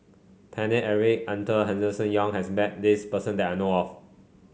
Paine Eric Arthur Henderson Young has met this person that I know of